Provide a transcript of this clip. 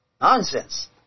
Nonsense